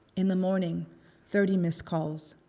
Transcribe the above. in the morning thirty missed calls.